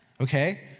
okay